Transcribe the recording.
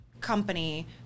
company